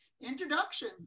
introduction